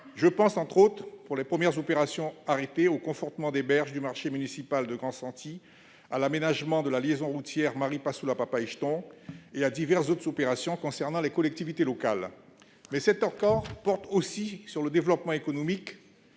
Je pense entre autres, pour les premières opérations arrêtées, au confortement des berges du marché municipal de Grand-Santi, à l'aménagement de la liaison routière Maripasoula-Papaichton et à diverses autres opérations intéressant les collectivités locales. Toutefois, cet accord porte aussi sur le développement économique,